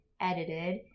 edited